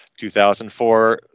2004